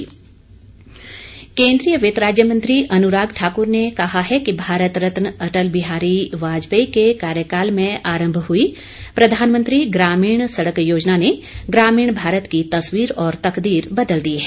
अनुराग ठाकुर केंद्रीय वित्त राज्य मंत्री अनुराग ठाकुर ने कहा है कि भारत रत्न अटल बिहारी वाजपेयी के कार्यकाल में आरम्भ हई प्रधानमंत्री ग्रामीण सड़क योजना ने ग्रामीण भारत की तस्वीर और तकदीर बदल दी है